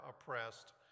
oppressed